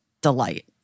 delight